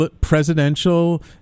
presidential